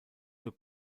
zur